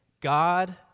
God